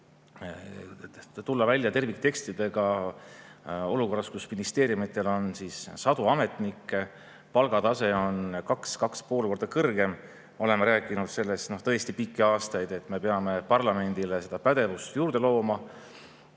tulla välja terviktekstidega olukorras, kus ministeeriumidel on sadu ametnikke ja palgatase on 2–2,5 korda kõrgem. Oleme rääkinud sellest tõesti pikki aastaid, et me peame parlamendile pädevust juurde looma.